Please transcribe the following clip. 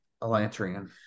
Elantrian